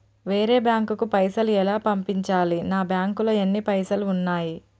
వేరే బ్యాంకుకు పైసలు ఎలా పంపించాలి? నా బ్యాంకులో ఎన్ని పైసలు ఉన్నాయి?